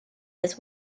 his